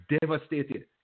devastated